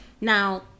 Now